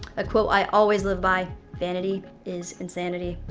a quote i always live by vanity is insanity.